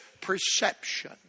perception